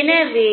எனவே